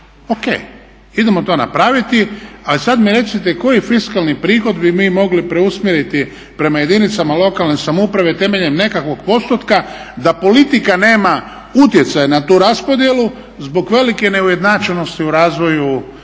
idemo to napraviti a sada mi recite koji fiskalni prihod bi mi mogli preusmjeriti prema jedinicama lokalne samouprave temeljem nekakvog postotka da politika nema utjecaja na tu raspodjelu zbog velike neujednačenosti u razvoj jedinica